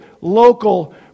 local